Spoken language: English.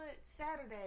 Saturday